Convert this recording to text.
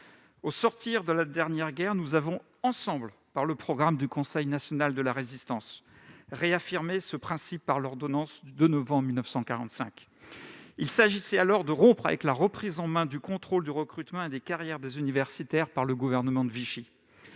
Au sortir de la dernière guerre, nous avons ensemble, par le programme du Conseil national de la Résistance, réaffirmé ce principe par l'ordonnance du 2 novembre 1945. Il s'agissait alors de rompre avec la reprise en main du contrôle du recrutement et des carrières des universitaires par le gouvernement de Vichy.